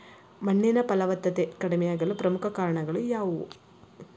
ಮಣ್ಣಿನ ಫಲವತ್ತತೆ ಕಡಿಮೆಯಾಗಲು ಪ್ರಮುಖ ಕಾರಣಗಳು ಯಾವುವು?